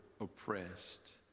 oppressed